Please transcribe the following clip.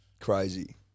Crazy